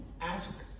ask